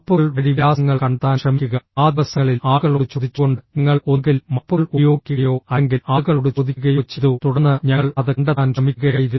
മാപ്പുകൾ വഴി വിലാസങ്ങൾ കണ്ടെത്താൻ ശ്രമിക്കുക ആ ദിവസങ്ങളിൽ ആളുകളോട് ചോദിച്ചുകൊണ്ട് ഞങ്ങൾ ഒന്നുകിൽ മാപ്പുകൾ ഉപയോഗിക്കുകയോ അല്ലെങ്കിൽ ആളുകളോട് ചോദിക്കുകയോ ചെയ്തു തുടർന്ന് ഞങ്ങൾ അത് കണ്ടെത്താൻ ശ്രമിക്കുകയായിരുന്നു